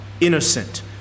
innocent